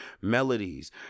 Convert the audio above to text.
melodies